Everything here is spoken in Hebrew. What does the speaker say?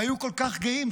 הם היו כל כך גאים.